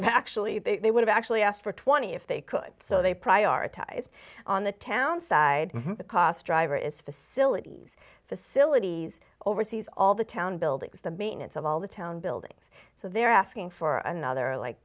have actually they would have actually asked for twenty if they could so they prioritize on the town side the cost driver is facilities facilities overseas all the town buildings the maintenance of all the town buildings so they're asking for another like